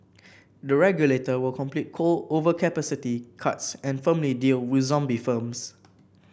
the regulator will complete coal overcapacity cuts and firmly deal with zombie firms